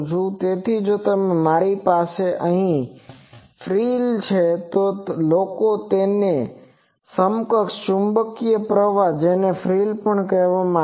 તેથી જો મારી પાસે અહીં ફ્રિલ છે તો લોકો પાસે તેના જેવા સમકક્ષ ચુંબકીય પ્રવાહ છે જેને ફ્રિલ પણ કહેવામાં આવે છે